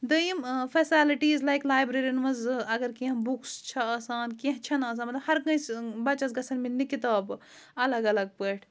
دۄیِم facilities like librarian منٛز اگر کینٛہہ بُکٕس چھےٚ آسان کینٛہہ چھَنہٕ آسان مطلب ہر کٲنٛسہِ بَچَس گژھن مِلنہِ کِتابہٕ الگ الگ پٲٹھۍ